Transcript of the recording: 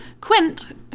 Quint